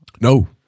No